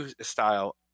style